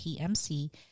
PMC